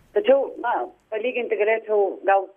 tačiau na palyginti galėčiau gal